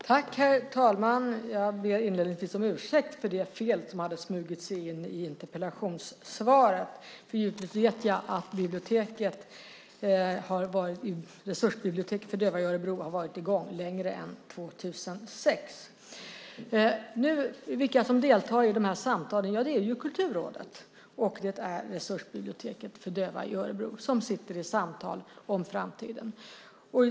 Herr talman! Inledningsvis ber jag om ursäkt för det fel som smugit sig in i interpellationssvaret. Givetvis vet jag att Resursbiblioteket för döva i Örebro har varit i gång längre än sedan 2006. De som deltar i de här samtalen är Kulturrådet och Resursbiblioteket för döva i Örebro. De sitter i samtal om framtiden.